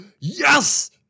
yes